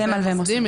זה מלווה מוסדי.